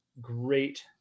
great